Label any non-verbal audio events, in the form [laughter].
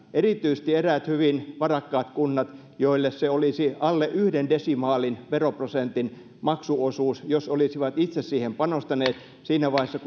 erityisesti eräät hyvin varakkaat kunnat joille se olisi alle yhden desimaalin veroprosentin maksuosuus jos olisivat itse siihen panostaneet siinä vaiheessa [unintelligible]